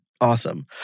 Awesome